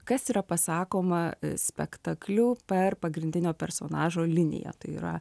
kas yra pasakoma spektakliu per pagrindinio personažo liniją tai yra